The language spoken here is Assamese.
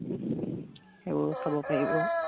সেইবোৰ চাব পাৰিব